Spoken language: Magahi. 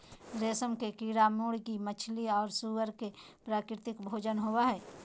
रेशम के कीड़ा मुर्गी, मछली और सूअर के प्राकृतिक भोजन होबा हइ